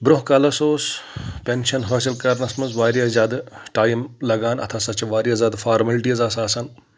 برونٛہہ کالَس اوس پؠنشن حٲصِل کرنس منٛز واریاہ زیادٕ ٹایم لگان اتھ ہسا چھِ واریاہ زیادٕ فارملٹیٖز آسہٕ آسان